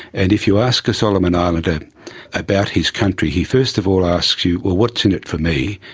and if you ask a solomon islander about his country he first of all asks you, well, what's in it for me?